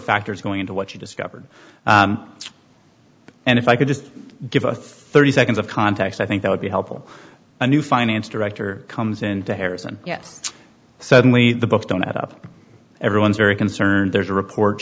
factors going into what you discovered and if i could just give us thirty seconds of context i think that would be helpful a new finance director comes into harrison yes suddenly the books don't add up everyone's very concerned there's a report